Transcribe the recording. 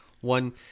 One